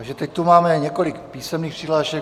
Takže teď tu máme několik písemných přihlášek.